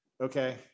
okay